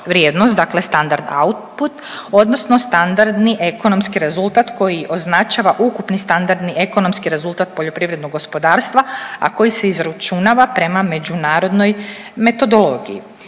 dakle standard output odnosno standardni ekonomski rezultat koji označava ukupni standardni ekonomski rezultat poljoprivrednog gospodarstva, a koji se izračunava prema međunarodnoj metodologiji.